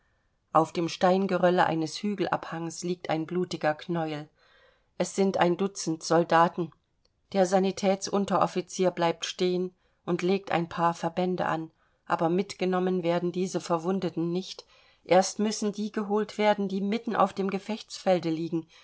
auf dem steingerölle eines hügelabhanges liegt ein blutiger knäuel es sind ein dutzend soldaten der sanitätsunteroffizier bleibt stehen und legt ein paar verbände an aber mitgenommen werden diese verwundeten nicht erst müssen die geholt werden die mitten auf dem gefechtsfelde fielen